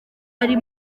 ari